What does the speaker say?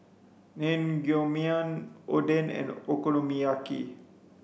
Naengmyeon Oden and Okonomiyaki